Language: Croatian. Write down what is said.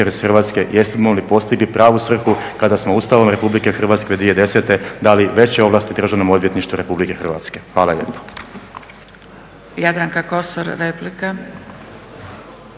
Hrvatske, jesmo li postigli pravu svrhu kada smo Ustavom RH u 2010. dali veće ovlasti Državnom odvjetništvu RH. Hvala lijepo.